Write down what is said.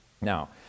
Now